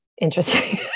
interesting